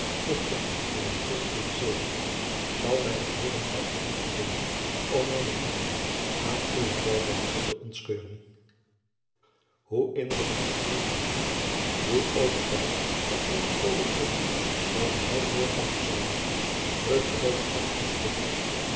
de god die mij gisteren den zege gaf zal mij ook heden kracht genoeg verleenen om mijne lievelingen aan uwe tijgerwoede te ontscheuren hoe innerlijk verscheurd van ziel hoe overtuigd dat eene poging als die welke hij voorgaf te zullen doen vruchteloos af moest loopen